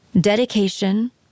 Dedication